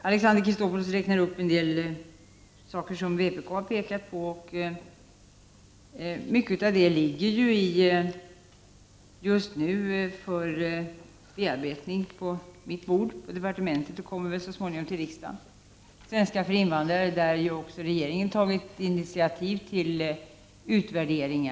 Alexander Chrisopoulos räknade upp en del åtgärder som vpk har krävt. Mycket av det ligger just nu för bearbetning på mitt bord inom departementet och kommer så småningom till behandling i riksdagen. När det gäller svenska för invandrare har regeringen tagit initiativ till en utvärdering.